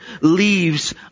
leaves